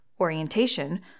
orientation